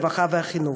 הרווחה והחינוך.